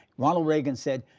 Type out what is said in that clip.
ronald reagan said,